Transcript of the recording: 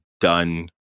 done